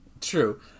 True